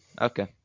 Okay